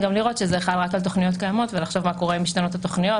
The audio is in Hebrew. לוודא שזה חל רק על תוכניות קיימות ולחשוב מה יקרה אם ישתנו התוכניות,